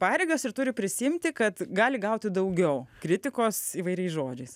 pareigas ir turi prisiimti kad gali gauti daugiau kritikos įvairiais žodžiais